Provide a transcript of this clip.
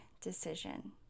decision